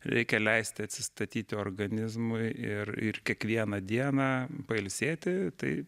reikia leisti atsistatyti organizmui ir ir kiekvieną dieną pailsėti tai